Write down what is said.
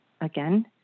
again